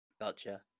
Gotcha